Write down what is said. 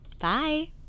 Bye